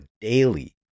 daily